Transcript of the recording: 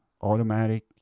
automatic